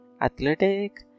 athletic